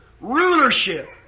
rulership